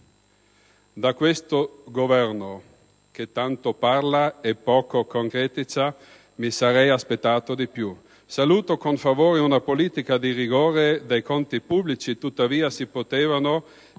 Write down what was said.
Da questo Governo, che tanto parla e poco concretizza, mi sarei aspettato di più. Saluto con favore una politica di rigore dei conti pubblici; tuttavia si potevano